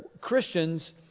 Christians